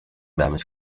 damage